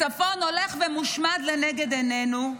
הצפון הולך ומושמד לנגד עינינו,